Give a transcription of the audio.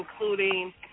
including